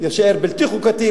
יישאר בלתי חוקתי,